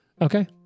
Okay